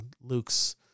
Luke's